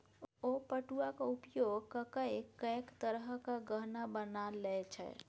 ओ पटुआक उपयोग ककए कैक तरहक गहना बना लए छै